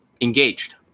engaged